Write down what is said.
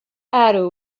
arrow